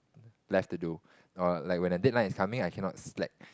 left to do or like when the deadline is coming I cannot slack